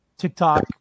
TikTok